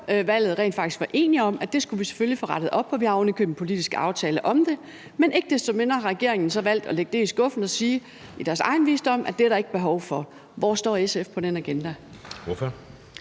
valget rent faktisk var enige om, at det skulle vi selvfølgelig få rettet op på. Vi har ovenikøbet en politisk aftale om det, men ikke desto mindre har regeringen så valgt at lægge det i skuffen og i deres egen visdom sige, at det er der ikke behov for. Hvor står SF i forhold